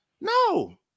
No